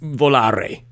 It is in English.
volare